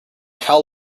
how